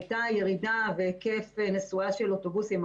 הייתה ירידה בהיקף נסועה של אוטובוסים,